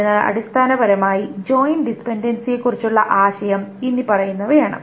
അതിനാൽ അടിസ്ഥാനപരമായി ജോയിൻ ഡിപെൻഡൻസിയെക്കുറിച്ചുള്ള ആശയം ഇനിപ്പറയുന്നവയാണ്